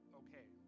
okay